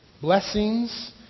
blessings